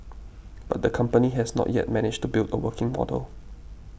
but the company has not yet managed to build a working model